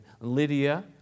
Lydia